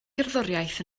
gerddoriaeth